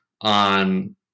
on